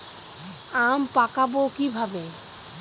আম পাকাবো কিভাবে?